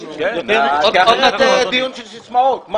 כי אחרת זה דיון של סיסמאות.